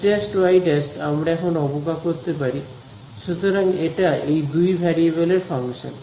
x ′ y ′ আমরা এখন অবজ্ঞা করতে পারি সুতরাং এটা এই 2 ভ্যারিয়েবলের ফাংশন